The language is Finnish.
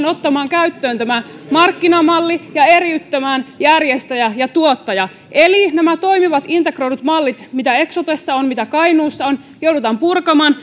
ottamaan käyttöön tämä markkinamalli ja eriyttämään järjestäjä ja tuottaja eli nämä toimivat integroidut mallit mitä eksotessa on mitä kainuussa on joudutaan purkamaan